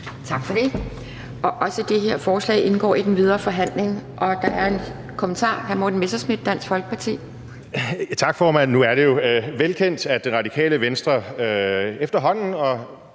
Tak for det. Også dette forslag indgår i den videre forhandling. Der er en kommentar. Hr. Morten Messerschmidt, Dansk Folkeparti. Kl. 11:53 Morten Messerschmidt (DF): Tak, formand. Nu er det jo velkendt, at Radikale Venstre efterhånden,